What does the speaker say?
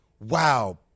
wow